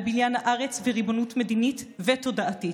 על בניין הארץ וריבונות מדינית ותודעתית,